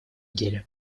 деле